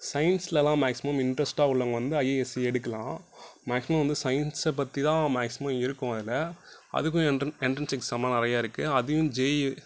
சயின்ஸ்லலாம் maximum இன்டரஸ்ட்டாக உள்ளவங்க வந்து ஐஏஎஸ் எடுக்கலாம் மேக்சிமம் வந்து சயின்ஸ்ச பற்றி தான் மேக்சிமம் இருக்கும் அதில் அதுக்கும் என்ட் என்ட்ரன்ஸ் எக்ஸ்ம்லாம் நிறையா இருக்குது